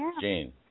Jane